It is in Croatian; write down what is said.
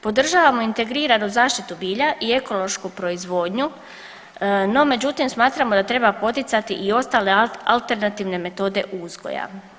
Podržavamo integriranu zaštitu bilja i ekološku proizvodnju, no međutim smatramo da treba poticati i ostale alternativne metode uzgoja.